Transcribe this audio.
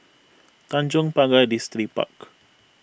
Tanjong Pagar Distripark